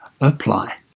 apply